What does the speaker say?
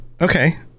Okay